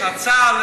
את ההצעה,